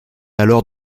alors